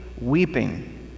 weeping